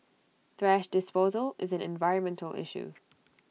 thrash disposal is an environmental issue